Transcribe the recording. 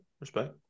respect